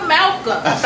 Malcolm